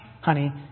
honey